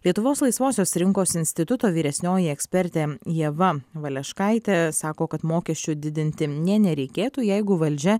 lietuvos laisvosios rinkos instituto vyresnioji ekspertė ieva valeškaitė sako kad mokesčių didinti nė nereikėtų jeigu valdžia